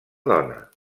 dona